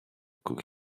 cook